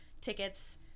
tickets